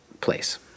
place